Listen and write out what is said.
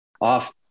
off